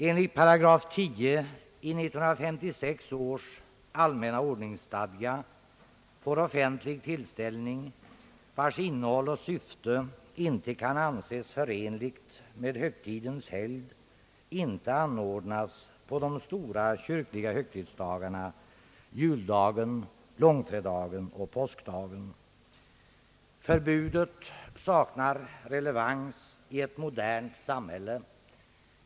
Enligt 10 § 1956 års allmänna ordningsstadga får offentlig tillställning vars innehåll och syfte inte kan anses förenligt med högtidens helgd inte anordnas på de stora kyrkliga högtidsdagarna — juldagen, långfredagen och påskdagen. Förbudet saknar relevans i ett modernt samhälle.